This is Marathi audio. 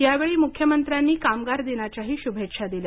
यावेळी मुख्यमंत्र्यांनी कामगार दिनाच्यांही शुभेच्छा दिल्या